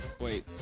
Wait